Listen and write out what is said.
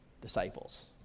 disciples